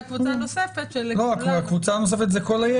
לא, הקבוצה הנוספת זה כל היתר.